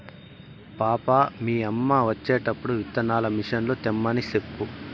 పాపా, మీ యమ్మ వచ్చేటప్పుడు విత్తనాల మిసన్లు తెమ్మని సెప్పు